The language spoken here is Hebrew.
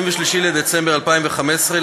23 בדצמבר 2015,